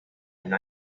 and